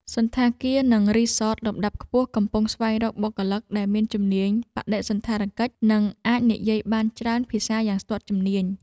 សណ្ឋាគារនិងរីសតលំដាប់ខ្ពស់កំពុងស្វែងរកបុគ្គលិក ដែលមានជំនាញបដិសណ្ឋារកិច្ចនិងអាចនិយាយបានច្រើនភាសាយ៉ាងស្ទាត់ជំនាញ។